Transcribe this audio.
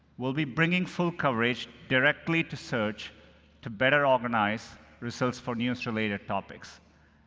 we'll be bringing full coverage directly to search to better organize results for news-related topics.